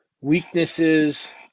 weaknesses